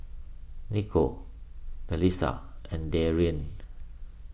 Niko Delisa and Darrien